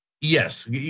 Yes